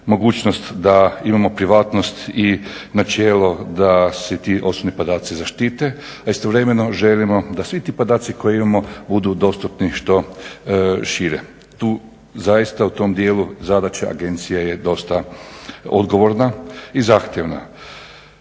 da imamo privatnost i načelo da se ti osobni podaci zaštite a istovremeno želimo da svi ti podaci koje imamo budu dostupni što šire. Tu zaista u tom djelu zadaća agencije je dosta odgovorna i zahtjevna.